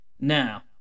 Now